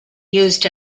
used